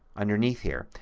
underneath here.